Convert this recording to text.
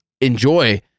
enjoy